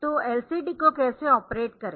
तो LCD को कैसे ऑपरेट करे